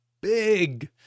big